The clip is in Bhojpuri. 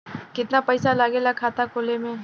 कितना पैसा लागेला खाता खोले में?